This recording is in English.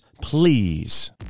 please